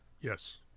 Yes